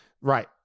Right